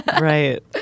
right